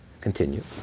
Continue